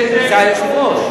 זה היושב-ראש.